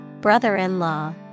brother-in-law